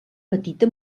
petita